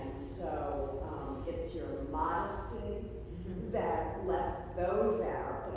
so it's your modesty that left those out,